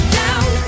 down